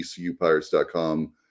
ecupirates.com